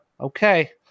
Okay